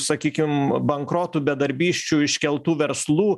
sakykim bankrotų bedarbysčių iškeltų verslų